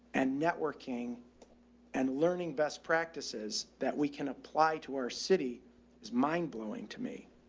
and networking and learning best practices that we can apply to our city is mind blowing to me.